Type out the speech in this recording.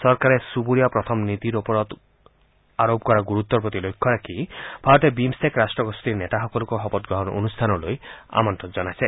চৰকাৰে চুব্ৰীয়া প্ৰথম নীতিৰ ওপৰত আৰোপ কৰা গুৰুত্বৰ প্ৰতি লক্ষ্য ৰাখি ভাৰতে বিমট্টেক ৰাট্টগোষ্ঠীৰ নেতাসকলকো শপতগ্ৰহণ অনুষ্ঠানলৈ আমন্ত্ৰণ জনাইছে